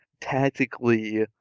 tactically